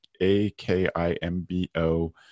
A-K-I-M-B-O